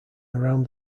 around